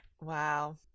Wow